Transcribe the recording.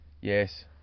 Yes